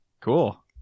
Cool